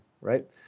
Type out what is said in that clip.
right